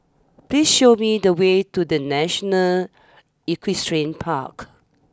please show me the way to the National Equestrian Park